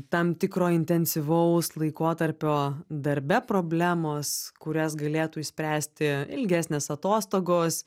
tam tikro intensyvaus laikotarpio darbe problemos kurias galėtų išspręsti ilgesnės atostogos